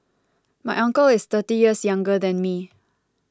my uncle is thirty years younger than me